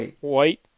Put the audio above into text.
White